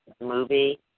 movie